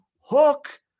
Hook